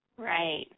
Right